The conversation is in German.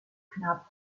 knapp